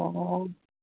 ꯑꯣ